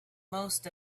most